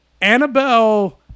Annabelle